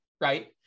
right